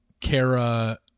Kara